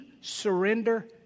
surrender